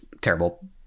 terrible